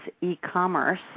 e-commerce